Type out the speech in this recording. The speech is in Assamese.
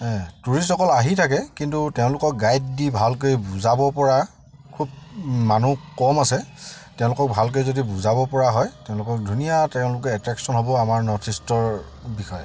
টুৰিষ্টসকল আহি থাকে কিন্তু তেওঁলোকক গাইড দি ভালকৈ বুজাব পৰা খুব মানুহ কম আছে তেওঁলোকক ভালকৈ যদি বুজাব পৰা হয় তেওঁলোকক ধুনীয়া তেওঁলোকে এট্ৰেকশ্যন হ'ব আমাৰ নৰ্থ ইষ্টৰ বিষয়ে